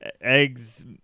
Eggs